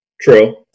True